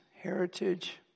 heritage